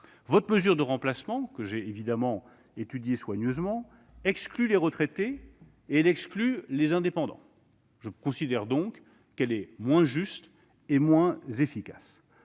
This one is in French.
Votre mesure de remplacement, que j'ai évidemment étudiée soigneusement, exclut les retraités et les indépendants. Non ! Je considère donc qu'elle est moins juste et moins efficace.